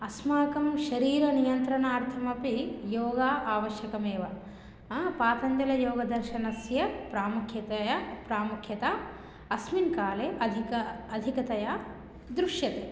अस्माकं शरीरनियन्त्रणार्थमपि योगः आवश्यकमेव आ पातञ्जलयोगदर्शनस्य प्रामुख्यता प्रामुख्यता अस्मिन्काले अधिकतया अधिकतया दृश्यते